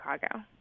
Chicago